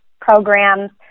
programs